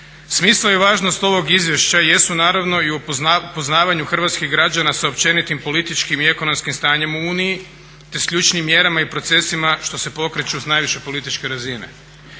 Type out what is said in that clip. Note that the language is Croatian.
Smisao i važnost ovog izvješća jesu naravno i upoznavanje hrvatskih građana sa općenitim političkim i ekonomskim stanjem u Uniji te s ključnim mjerama i procesima što se pokreću s najviše političke razine.